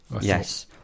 Yes